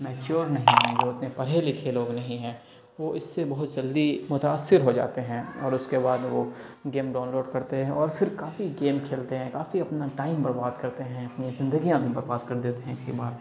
mature نہیں ہیں وہ اتنے پڑھے لکھے لوگ نہیں ہیں وہ اس سے بہت جلدی متاثر ہو جاتے ہیں اور اس کے بعد وہ گیم ڈاؤنلوڈ کرتے ہیں اور پھر کافی گیم کھیلتے ہیں کافی اپنا ٹائم برباد کرتے ہیں اپنی زندگیاں بھی برباد کر دیتے ہیں کئی بار